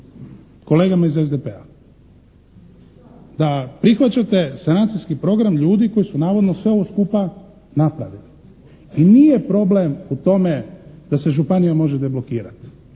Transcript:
kolegama iz SDP-a da prihvaćate sanacijski program ljudi koji su navodno sve ovo skupa napravili. I nije problem u tome da se županija može deblokirati,